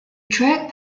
track